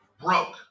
broke